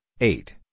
eight